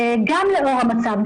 גם לאור המצב,